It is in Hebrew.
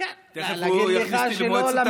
הוא היה מורה שלך?